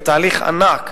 זה תהליך ענק.